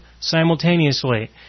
simultaneously